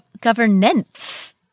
governance